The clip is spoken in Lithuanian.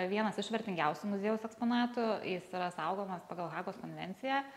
vienas iš vertingiausių muziejaus eksponatų jis yra saugomas pagal hagos konvenciją